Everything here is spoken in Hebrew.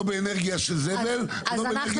לא באנרגיה של זבל ולא באנרגיה